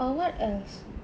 or what else